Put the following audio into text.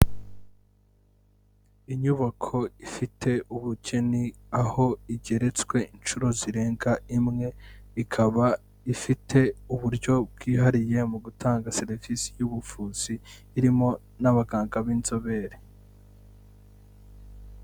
Inyubako ifite ubugeni aho igeretswe inshuro zirenga imwe, ikaba ifite uburyo bwihariye mu gutanga serivisi y'ubuvuzi irimo n'abaganga b'inzobere.